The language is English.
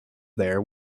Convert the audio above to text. there